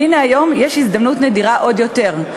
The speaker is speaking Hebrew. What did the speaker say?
והנה היום יש הזדמנות נדירה עוד יותר,